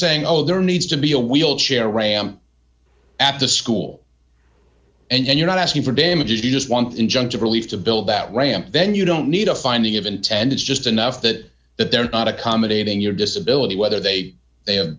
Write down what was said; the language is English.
saying oh there needs to be a wheelchair ramp at the school and you're not asking for damages you just want injunctive relief to build that ramp then you don't need a finding of intended just enough that that they're not accommodating your disability whether they